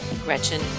Gretchen